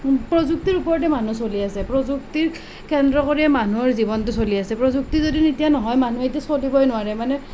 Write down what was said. প্ৰযুক্তিৰ ওপৰতে মানুহ চলি আছে প্ৰযুক্তিক কেন্দ্ৰ কৰিয়েই মানুহৰ জীৱনটো চলি আছে প্ৰযুক্তি যেতিয়া নহয় মানুহেতো চলিবই নোৱাৰে মানে